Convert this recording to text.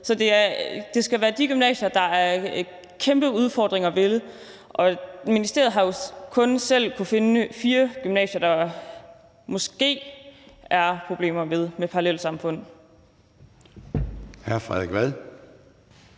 Så det skal være de gymnasier, der har kæmpe udfordringer. Ministeriet har jo kun selv kunnet finde fire gymnasier, der måske har problemer med parallelsamfund.